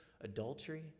adultery